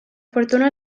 fortuna